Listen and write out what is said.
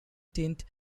tint